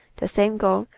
the same gown,